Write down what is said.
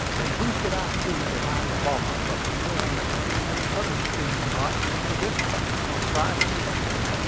and who should i see behind the bar but the man that ran the other steam-yacht into this one, or tried to do so,